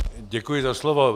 Děkuji za slovo.